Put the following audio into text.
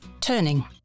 Turning